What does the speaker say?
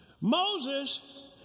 Moses